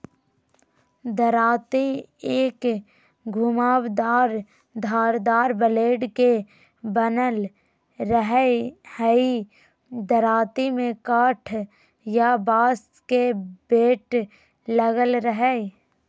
दरांती एक घुमावदार धारदार ब्लेड के बनल रहई हई दरांती में काठ या बांस के बेट लगल रह हई